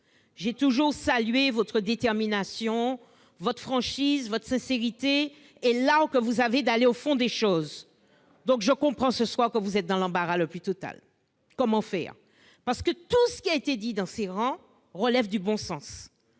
J'ai toujours salué votre détermination, votre franchise, votre sincérité et l'art que vous avez d'aller au fond des choses. Je comprends donc que, ce soir, vous soyez dans l'embarras le plus total : comment faire, alors que tout ce qui a été dit sur ces travées participe du bon sens